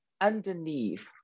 underneath